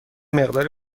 مقداری